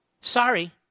Sorry